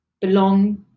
belong